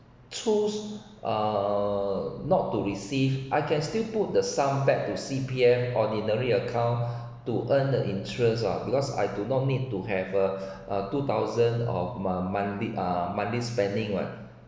choose err not to receive I can still put the some back to C_P_F ordinary account to earn the interest ah because I do not need to have a a two thousand of my monthly uh monthly spending what